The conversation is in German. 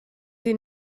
die